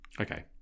Okay